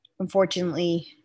Unfortunately